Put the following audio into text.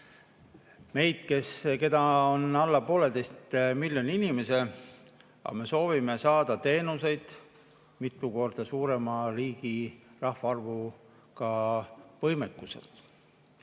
Meid on alla pooleteise miljoni inimese, aga me soovime saada teenuseid mitu korda suurema riigi rahvaarvu võimekusega.